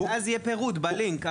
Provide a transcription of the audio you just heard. ואז יהיה פירוט בלינק.